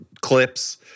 clips